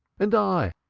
and i,